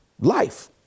Life